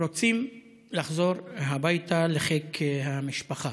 רוצים לחזור הביתה לחיק המשפחה.